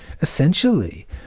essentially